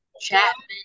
Chapman